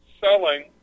selling